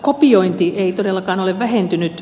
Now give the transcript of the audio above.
kopiointi ei todellakaan ole vähentynyt